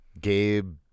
Gabe